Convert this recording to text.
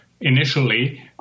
initially